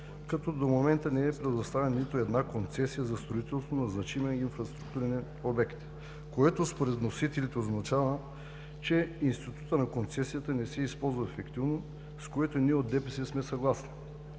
като до момента не е предоставена нито една концесия за строителство на значими инфраструктурни обекти, което според вносителите означава, че институтът на концесията не се използва ефективно, с което ние от ДПС сме съгласни.